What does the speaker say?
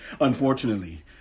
unfortunately